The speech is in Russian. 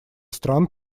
стран